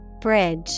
Bridge